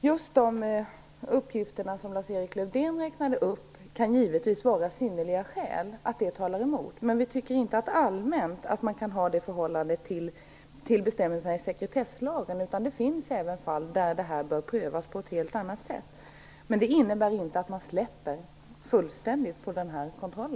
Just de uppgifter som Lars-Erik Lövdén räknade upp kan givetvis vara synnerliga skäl som talar emot, men vi tycker inte att man allmänt kan ha det förhållandet till bestämmelserna i sekretesslagen. Det finns även fall där det här bör prövas på ett helt annat sätt, men det innebär inte att man släpper kontrollen fullständigt.